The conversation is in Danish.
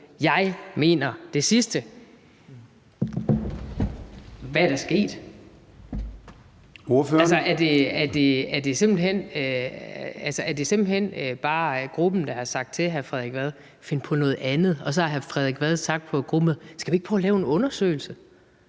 Jeg mener det sidste.« Hvad er der sket? Altså, er det simpelt hen bare gruppen, der har sagt til hr. Frederik Vad: Find på noget andet? Og så har hr. Frederik Vad sagt på et gruppemøde: Skal vi ikke prøve at lave en undersøgelse?